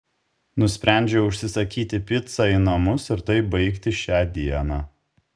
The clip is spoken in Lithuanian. nusprendžiau užsisakysi picą į namus ir taip baigti šią dieną